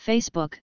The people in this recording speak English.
Facebook